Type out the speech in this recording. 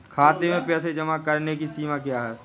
खाते में पैसे जमा करने की सीमा क्या है?